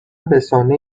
رسانه